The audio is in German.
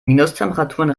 minustemperaturen